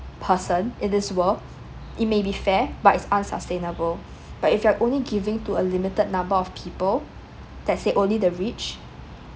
person in this world it may be fair but is unsustainable but if you're only giving to a limited number of people that said only the rich